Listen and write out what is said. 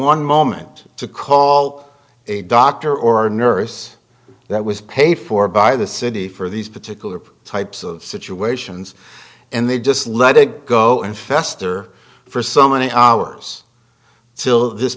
one moment to call a doctor or a nurse that was paid for by the city for these particular types of situations and they just let it go and fester for so many hours t